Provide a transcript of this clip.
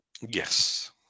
Yes